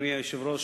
אדוני היושב-ראש,